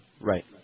Right